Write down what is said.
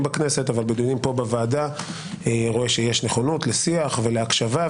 בדיונים בוועדה ראה שיש נכונות לשיח ולהקשבה.